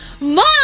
Mom